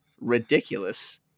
ridiculous